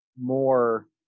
more